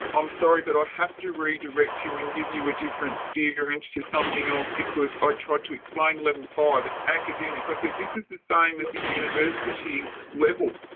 i'm sorry but i have to redirect you and give you a different steer into something else, because i tried to explain level five, it's academic. i said this is the same as a university level,